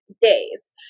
days